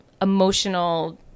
emotional